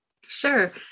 Sure